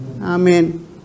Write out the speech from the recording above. Amen